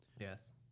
Yes